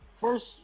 First